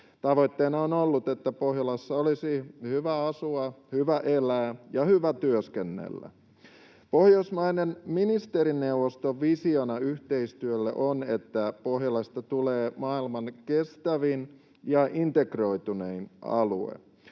Tavoitteena on ollut, että Pohjolassa olisi hyvä asua, hyvä elää ja hyvä työskennellä. Pohjoismaisen ministerineuvoston visiona yhteistyölle on, että Pohjolasta tulee maailman kestävin ja integroitunein alue.